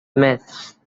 myths